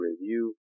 Review